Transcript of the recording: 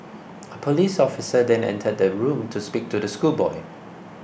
a police officer then entered the room to speak to the schoolboy